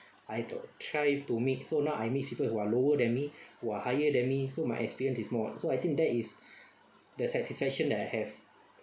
I don't try to meet so now I meet people who are lower than me who are higher than me so my experience is more so I think that is the satisfaction that I have